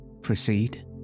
Proceed